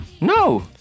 No